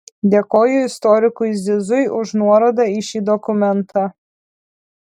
dėkoju istorikui zizui už nuorodą į šį dokumentą